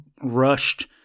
rushed